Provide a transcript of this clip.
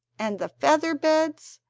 and the feather beds,